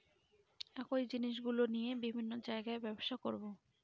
একই জিনিসগুলো নিয়ে বিভিন্ন জায়গায় ব্যবসা করবো